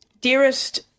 Dearest